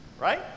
right